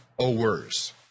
owers